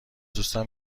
دوستم